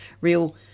real